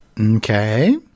Okay